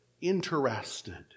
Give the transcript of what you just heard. interested